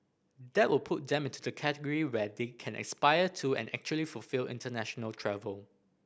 that will put them into the category where they can aspire to and actually fulfil international travel